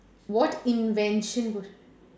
what invention w~